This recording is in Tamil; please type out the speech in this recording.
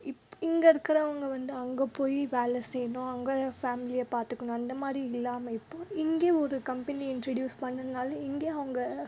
இங்கே இருக்கிறவங்க வந்து அங்கே போய் வேலை செய்யணும் அங்கே ஃபேமிலியை பார்த்துக்கணும் அந்த மாதிரி இல்லாமல் இப்போது இங்கேயே ஒரு கம்பெனி இண்ட்ரடியூஸ் பண்ணுதுனால இங்கேயே அவங்க